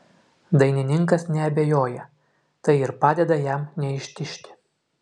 dainininkas neabejoja tai ir padeda jam neištižti